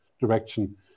direction